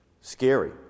scary